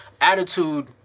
attitude